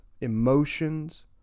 emotions